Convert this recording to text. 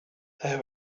there